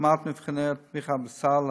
הטמעת מבחני התמיכה בסל,